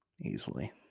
Easily